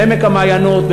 בעמק-המעיינות,